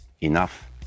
Enough